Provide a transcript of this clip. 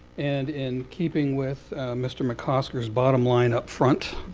and in keeping with mr. mcosker's bottom line up front,